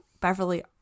Beverly